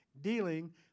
dealing